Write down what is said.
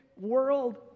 world